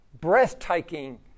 breathtaking